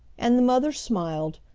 and the mother smiled,